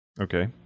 Okay